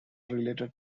related